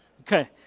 Okay